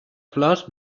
flors